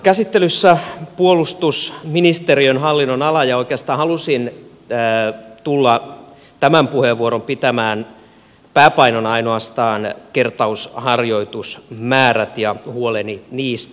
käsittelyssä on puolustusministeriön hallinnonala ja oikeastaan halusin tulla tämän puheenvuoron pitämään pääpainona ainoastaan kertausharjoitusmäärät ja huoleni niistä